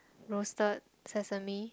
roasted sesame